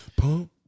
Pump